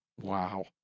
wow